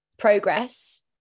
progress